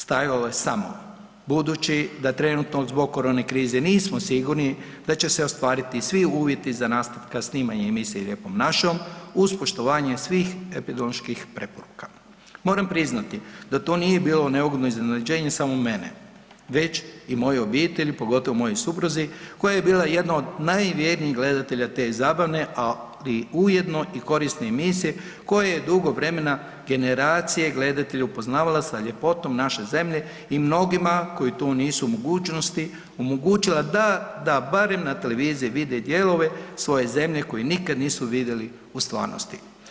Stajalo je samo: „Budući da trenutno zbog korone krize nismo sigurni da će se ostvariti svi uvjeti za nastavak snimanja emisije „Lijepom našom“, uz poštovanje uz epidemioloških preporuka“, moram priznati da to nije bilo neugodno iznenađenje samo mene, već i moje obitelji pogotovo mojoj supruzi koja je bila jedna od najvjernijih gledatelja te zabavne ali ujedno i korisne emisije koja je dugo vremena generacije gledatelja upoznavala sa ljepotom naše zemlje i mnogima koji to nisu u mogućnosti, omogućila da barem na televiziji vide dijelove svoje zemlje koje nikad nisu vidjeli u stvarnosti.